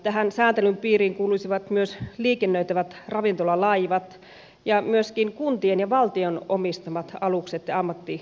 tähän sääntelyn piiriin kuuluisivat myös liikennöitävät ravintolalaivat ja myöskin kuntien ja valtion omistamat alukset ja ammattiveneet